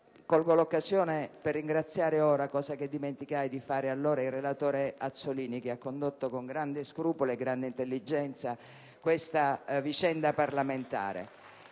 l'occasione per ringraziare ora - cosa che dimenticai di fare allora - il relatore Azzollini che ha condotto con grande scrupolo e grande intelligenza questa vicenda parlamentare.